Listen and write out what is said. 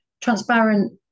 transparent